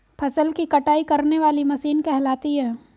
फसल की कटाई करने वाली मशीन कहलाती है?